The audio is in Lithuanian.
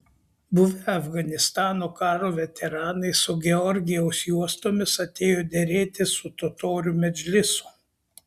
buvę afganistano karo veteranai su georgijaus juostomis atėjo derėtis su totorių medžlisu